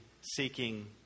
seeking